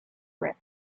grip